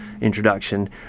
introduction